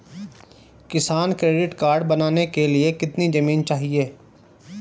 किसान credit card बनाने के लिए कितनी जमीन चाहिए?